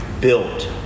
built